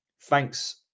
thanks